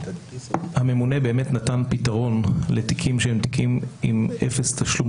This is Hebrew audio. הממונה נתן פתרון לתיקים שהם תיקים עם אפס תשלום